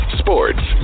sports